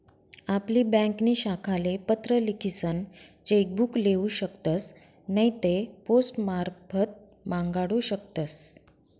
आपली ब्यांकनी शाखाले पत्र लिखीसन चेक बुक लेऊ शकतस नैते पोस्टमारफत मांगाडू शकतस